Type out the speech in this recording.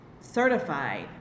certified